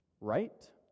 right